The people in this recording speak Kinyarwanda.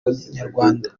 banyarwanda